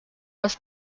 was